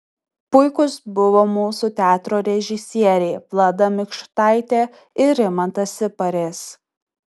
puikūs buvo mūsų teatro režisieriai vlada mikštaitė ir rimantas siparis